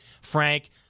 Frank